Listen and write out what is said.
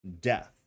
death